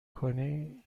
کنی